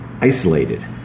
isolated